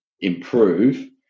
improve